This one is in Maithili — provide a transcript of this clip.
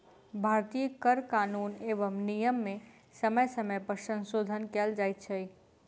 भारतीय कर कानून एवं नियम मे समय समय पर संशोधन कयल जाइत छै